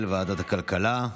של ועדת הכלכלה,